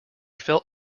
felt